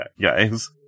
guys